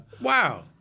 Wow